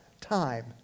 time